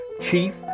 chief